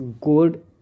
good